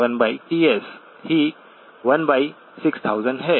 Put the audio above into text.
00Ts2π31Ts ही 16000 है